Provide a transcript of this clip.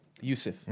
Yusuf